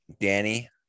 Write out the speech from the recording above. danny